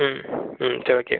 ம் ம் சரி ஓகே